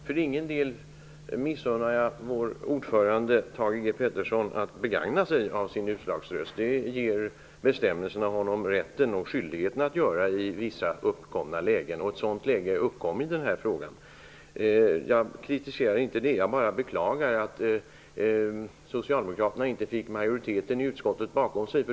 Herr talman! Jag missunnar inte vår ordförande Thage G Peterson att begagna sig av sin utslagsröst. Bestämmelserna ger honom den rätten och skyldigheten i vissa uppkomna lägen. Ett sådant läge uppkom i den här frågan. Jag kritiserade inte det. Jag bara beklagar att Socialdemokraterna inte fick majoriteten i utskottet bakom sig.